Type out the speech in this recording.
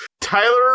Tyler